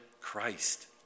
Christ